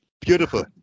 Beautiful